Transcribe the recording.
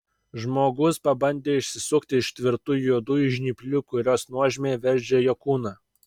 žmogus pabandė išsisukti iš tvirtų juodųjų žnyplių kurios nuožmiai veržė jo kūną